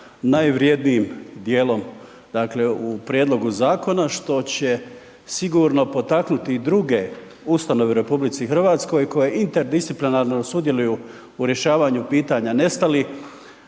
najvrjednijim dijelom, dakle u prijedlogu zakona, što će sigurno potaknuti i druge ustanove u RH koje interdisciplinarno sudjeluju u rješavanju pitanja nestalih